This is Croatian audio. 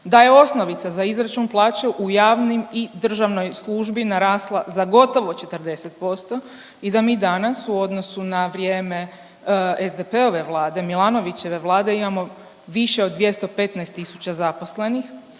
da je osnovica za izračun plaće u javnim i državnoj službi za gotovo 40% i da mi danas u odnosu na vrijeme SDP-ove vlade, Milanovićeve vlade imamo više od 215 tisuća zaposlenih,